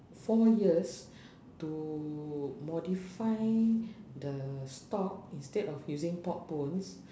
four years to modify the stock instead of using pork bones